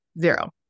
Zero